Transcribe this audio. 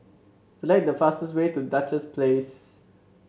select the fastest way to Duchess Place